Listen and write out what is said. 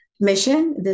mission